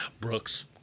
Brooks